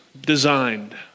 designed